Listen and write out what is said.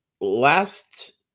last